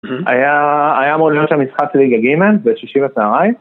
היה... היה אמור להיות שם משחק ליגה ג' בשישי בצהריים...